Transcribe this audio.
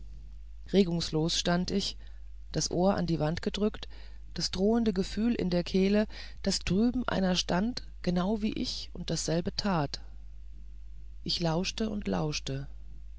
regungslos stand ich das ohr an die wand gedrückt das drohende gefühl in der kehle daß drüben einer stand genauso wie ich und dasselbe tat ich lauschte und lauschte